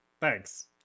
Thanks